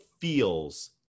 feels